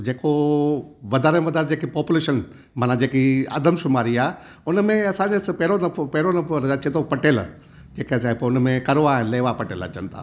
जेको वधारे में वधारे जेके पोप्युलेशन माना जेकी आदमशुमारी आहे हुन में असांजे पहिरों दफ़ो पहिरों दफ़ो अचे थो पटेल जेके असांजे पोइ हुन में कड़वा आहे लेउवा पटेल अचनि था